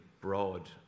broad